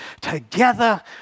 together